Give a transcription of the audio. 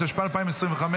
התשפ"ה 2025,